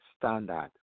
standard